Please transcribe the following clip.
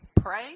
pray